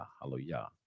Hallelujah